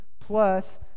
Plus